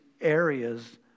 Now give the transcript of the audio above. areas